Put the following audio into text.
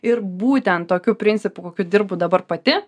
ir būtent tokiu principu kokiu dirbu dabar pati